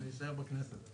אני אשאר בכנסת.